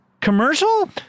Commercial